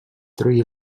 three